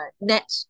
net